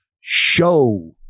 show